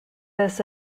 this